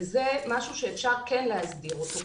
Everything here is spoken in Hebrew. וזה משהו שאפשר כן להסדיר אותו.